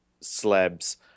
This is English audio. slabs